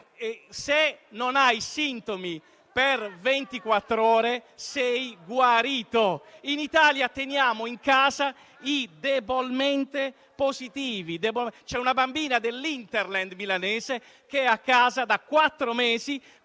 se non hai sintomi per ventiquattro ore sei guarito; in Italia teniamo in casa i debolmente positivi. C'è una bambina dell'*hinterland* milanese che è a casa da quattro mesi,